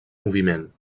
moviment